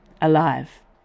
Alive